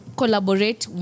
collaborate